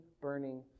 burning